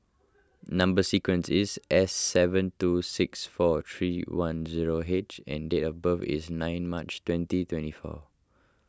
Number Sequence is S seven two six four three one zero H and date of birth is nine March twenty twenty four